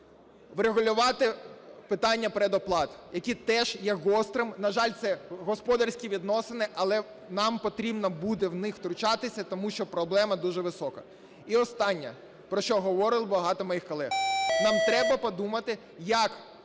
Врегулювати питання предоплат, які теж є гострим, на жаль, це господарські відносини, але нам потрібно буде в них втручатися, тому що проблема дуже висока. І останнє, про що говорило багато моїх колег, нам треба подумати, як